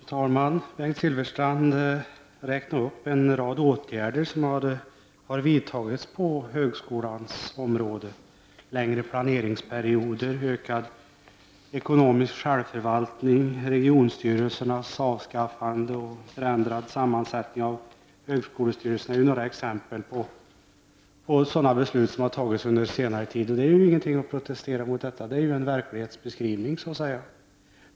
Fru talman! Bengt Silfverstrand räknade upp en rad åtgärder som har vidtagits på högskolans område. Längre planeringsperioder, ökad ekonomisk självförvaltning, regionstyrelsernas avskaffande och förändrad sammansättning av högskolestyrelserna är några exempel på sådana beslut som har fattats under senare tid. Det finns ingenting att invända mot i detta — det är en verklighetsbeskrivning i ordets egentliga bemärkelse.